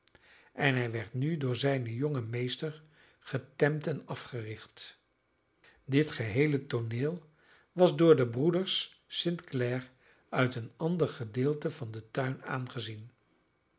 en hij werd nu door zijnen jongen meester getemd en afgericht dit geheele tooneel was door de broeders st clare uit een ander gedeelte van den tuin aangezien